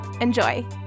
Enjoy